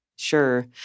Sure